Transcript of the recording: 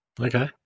Okay